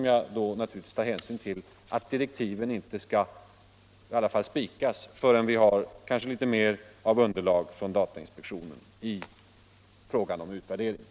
Jag förutsätter samtidigt att direktiven inte skall spikas, förrän vi har litet mer underlag från datainspektionen i fråga om utvärderingen.